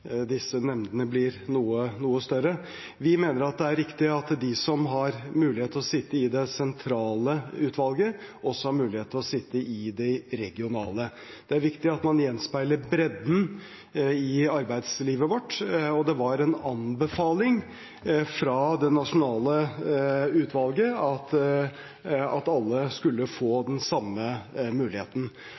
disse nemndene blir noe større. Vi mener at det er riktig at de som har mulighet til å sitte i det sentrale utvalget, også har mulighet til å sitte i de regionale. Det er viktig at man gjenspeiler bredden i arbeidslivet vårt, og det var en anbefaling fra det nasjonale utvalget at alle skulle få den samme muligheten.